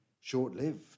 short-lived